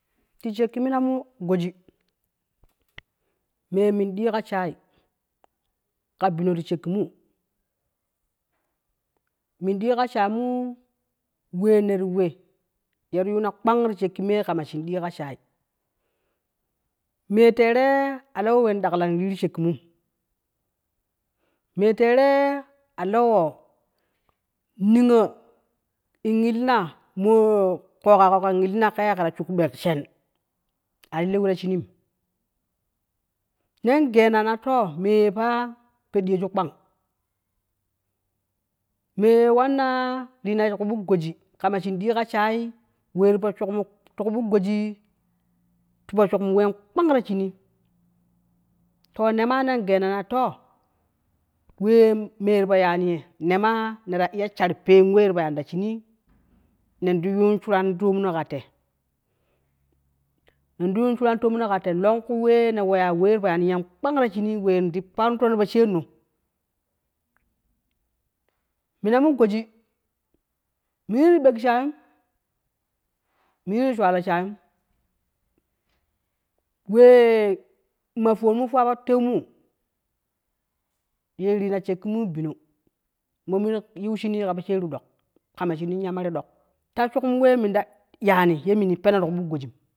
Ti shakki mina goji, me min ɗee ka shaye ka bino ti shakkimu min dee ka shayemu wene ti we te ti yuno kpang me men ɗe̱e̱ ka shaye me lére a lewon we daklani in reru shakki mu kama shenu me tere a lewon, niyon in cle̱na niyon in mo koghako, ken elina ka ya ke ta shuk bwek shin a ti lewe ta shinii ne gei na, na to me pa fo déyoju kpang we wanna ɗeeyo mina ti ku buk goji dee, ka sha we wende, we ti fo shuk mu ti dku buk goji, ti fo shuknu we kpang ta shinii to, ne ma ne gei na na to we me tá fo yani na ne ta l-la shar pene we ti fo kmiyen, ka ne ti yun shur to no ka tei lonku we ne we-ka ti fo yani ye kpang ta shimi, wen ti paron ton poshereno mina, mu goji mini ti bwek shayum mem ti shailo shayum, we ma fowon fuwa po tew mu, te rena shakkimu bino, mim yewe shime ka fo shere ɗok. Kama shimi ya mere ɗok ta shuk mu we mini ta ya ni, we meni pene ti ku buk gojinmu